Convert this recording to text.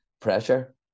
pressure